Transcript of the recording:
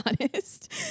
honest